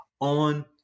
on